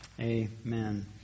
Amen